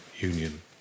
union